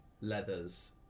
leathers